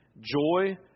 Joy